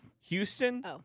Houston